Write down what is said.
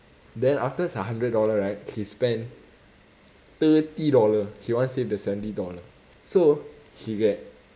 then afterwards her hundred dollar right she spend thirty dollar she want save the seventy dollar so she get